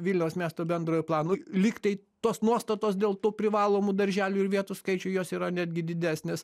vilniaus miesto bendrojo plano lyg tai tos nuostatos dėl tų privalomų darželių ir vietų skaičių jos yra netgi didesnės